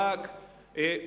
ברק,